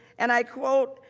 and i quote,